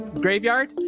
graveyard